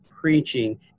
preaching